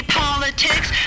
politics